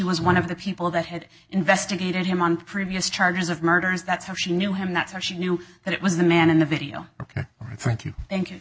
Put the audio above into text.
was one of the people that had investigated him on previous charges of murders that's how she knew him that's where she knew that it was the man in the video ok thank